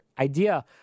idea